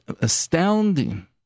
astounding